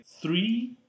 three